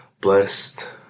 blessed